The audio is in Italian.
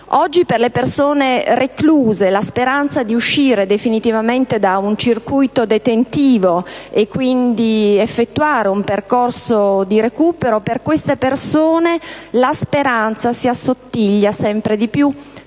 Oggi per le persone recluse la speranza di uscire definitivamente da un circuito detentivo e quindi di effettuare un percorso di recupero si assottiglia sempre di più,